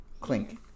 clink